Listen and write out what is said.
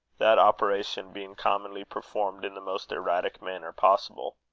that operation being commonly performed in the most erratic manner possible.